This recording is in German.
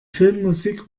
filmmusik